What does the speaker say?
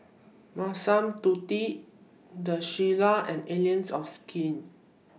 Massimo Dutti The Shilla and Allies of Skin